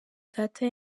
data